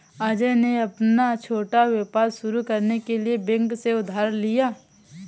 अजय ने अपना छोटा व्यापार शुरू करने के लिए बैंक से उधार लिया